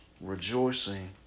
Rejoicing